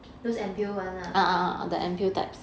those ampoule [one] lah